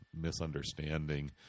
misunderstanding